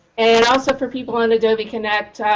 and also, for people on adobe connect,